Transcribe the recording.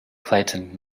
clayton